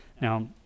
Now